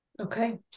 okay